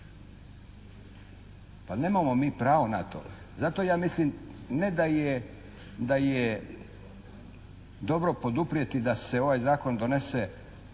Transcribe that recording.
Pa nemamo mi pravo na to. Zato ja mislim ne da je dobro poduprijeti da se ovaj zakon donese